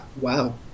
Wow